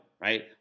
right